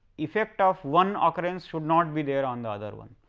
effect of one occurrence should not be there on the other one.